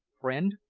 friend,